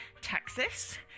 Texas